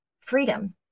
freedom